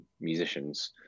musicians